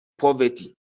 poverty